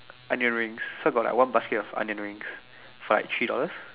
onion rings so got like one basket of onion rings for like three dollars